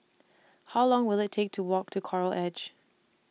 How Long Will IT Take to Walk to Coral Edge